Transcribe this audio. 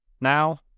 Now